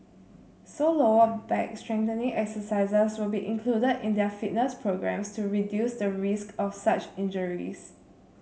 so lower back strengthening exercises will be included in their fitness programmes to reduce the risk of such injuries